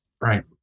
right